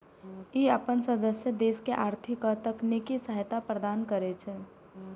ई अपन सदस्य देश के आर्थिक आ तकनीकी सहायता प्रदान करै छै